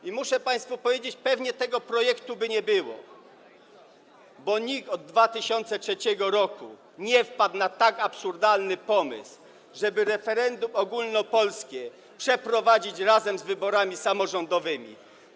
I muszę państwu powiedzieć, pewnie tego projektu by nie było, bo nikt od 2003 r. nie wpadł na tak absurdalny pomysł, żeby referendum ogólnopolskie przeprowadzić razem z wyborami samorządowymi.